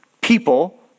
people